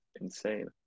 insane